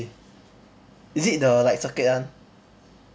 is it the like circuit one